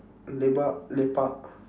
lepak lepak